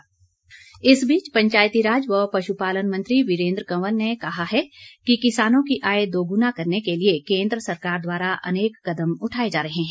वीरेन्द्र कंवर इस बीच पंचायती राज व पशुपालन मंत्री वीरेन्द्र कंवर ने कहा है कि किसानों की आय दोगुना करने के लिए केन्द्र सरकार द्वारा अनेक कदम उठाए जा रहे हैं